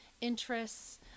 interests